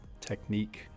technique